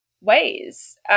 ways